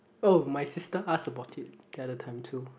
oh my sister ask about it the other time too